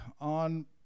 on